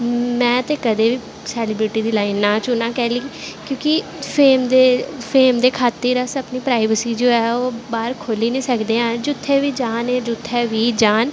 में ते सैलिब्रिटी दी लाईन कदैं ना चुनां कैल्ली फेम दे खातिर अस अपनी प्राईबेसी ओह् बाह्र खोह्ली नी सकदे ऐं जित्थै बी जान ओह् जित्थै बी जान